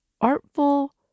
artful